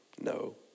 No